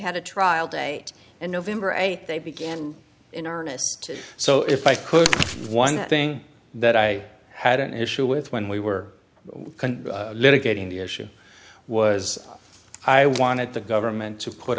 had a trial date in november eighth they began in earnest so if i could one thing that i had an issue with when we were litigating the issue was i wanted the government to put